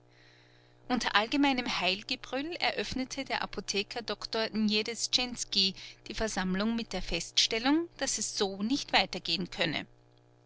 unter allgemeinem heil gebrüll eröffnete der apotheker doktor njedestjenski die versammlung mit der feststellung daß es so nicht weitergehen könne